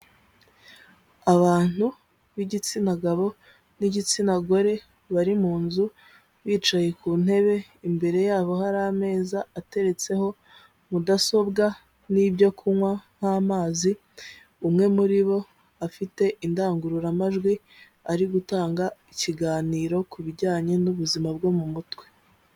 Abantu b'igitsina gabo n'igitsina gore bari mu nzu, bicaye ku ntebe, imbere yabo hari ameza ateretseho mudasobwa n'ibyo kunywa nk'amazi, umwe muri bo afite indangururamajwi ari gutanga ikiganiro ku bijyanye n'ubuzima bwo mu mutwe.